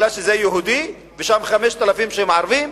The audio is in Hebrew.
מפני שזה יהודי ושם 5,000 שהם ערבים?